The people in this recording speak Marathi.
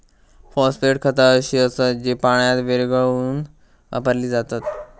फॉस्फेट खता अशी असत जी पाण्यात विरघळवून वापरली जातत